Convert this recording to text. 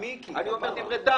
אני יודע איך זה